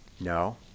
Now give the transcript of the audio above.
No